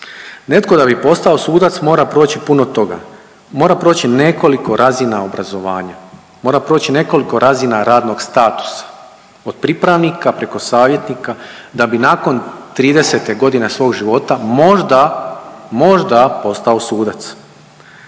Netko da bi postao sudac mora proći puno toga, mora proći nekoliko razina obrazovanja, mora proči nekoliko razina radnog statusa od pripravnika preko savjetnika da nakon 30 godine svog života možda, možda postao sudac.